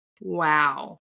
wow